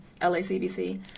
LACBC